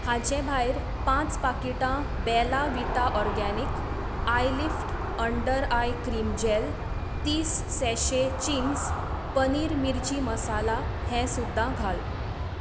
हाचे भायर पांच पाकिटां बेला विटा ऑर्गेनिक आयलिफ अंडर आय क्रीम जॅल तीस सयशें चिंग्स पनीर मिर्ची मसाला हें सुद्दां घाल